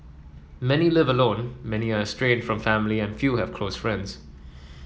many live alone many are estranged from family and few have close friends